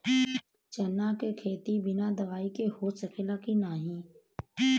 चना के खेती बिना दवाई के हो सकेला की नाही?